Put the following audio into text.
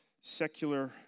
secular